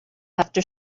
after